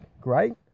great